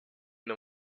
the